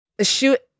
Shoot